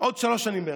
עוד שלוש שנים בערך.